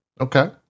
Okay